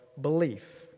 belief